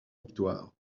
victoires